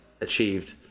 achieved